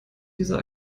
dieser